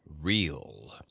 real